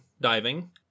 diving